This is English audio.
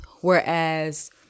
whereas